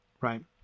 right